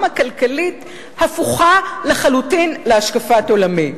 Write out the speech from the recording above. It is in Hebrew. הכלכלית הפוכה לחלוטין מהשקפת עולמי,